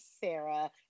Sarah